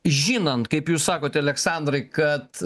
žinant kaip jūs sakote aleksandrai kad